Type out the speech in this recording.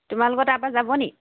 তোমালোকৰ তাৰপৰা যাবনে